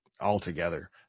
altogether